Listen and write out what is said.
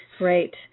right